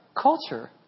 culture